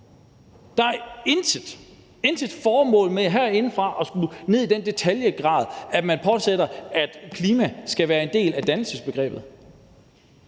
med herindefra at skulle ned i den detaljegrad, at man påsætter, at klima skal være en del af dannelsesbegrebet.